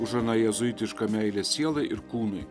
už aną jėzuitišką meilę sielai ir kūnui